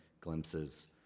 glimpses